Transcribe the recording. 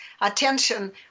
attention